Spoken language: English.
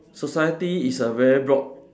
society is a very broad